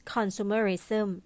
Consumerism